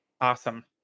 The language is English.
Awesome